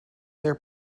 their